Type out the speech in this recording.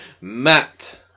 Matt